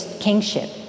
kingship